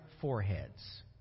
foreheads